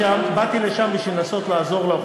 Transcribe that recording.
כול ברכות על התשובה,